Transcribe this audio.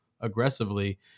aggressively